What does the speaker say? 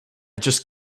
just